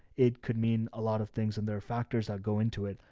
it could mean a lot of things in there, factors that go into it.